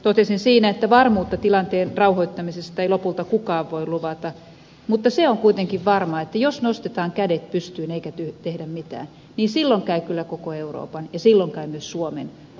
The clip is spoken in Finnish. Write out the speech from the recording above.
totesin siinä että varmuutta tilanteen rauhoittamisesta ei lopulta kukaan voi luvata mutta se on kuitenkin varmaa että jos nostetaan kädet pystyyn eikä tehdä mitään niin silloin käy kyllä koko euroopan ja silloin käy myös suomen huonosti